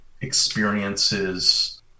experiences